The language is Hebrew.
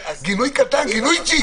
גינוי קטן, גינויצ'יק.